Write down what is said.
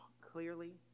clearly